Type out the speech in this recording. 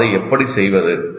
நாம் அதை எப்படி செய்வது